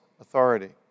authority